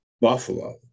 Buffalo